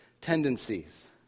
tendencies